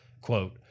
Quote